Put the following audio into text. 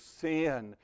sin